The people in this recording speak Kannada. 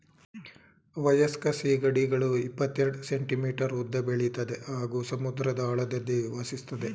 ವಯಸ್ಕ ಸೀಗಡಿಗಳು ಇಪ್ಪತೆರೆಡ್ ಸೆಂಟಿಮೀಟರ್ ಉದ್ದ ಬೆಳಿತದೆ ಹಾಗೂ ಸಮುದ್ರದ ಆಳದಲ್ಲಿ ವಾಸಿಸ್ತದೆ